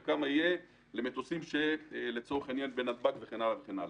וכמה יהיה למטוסים בנתב"ג וכן הלאה.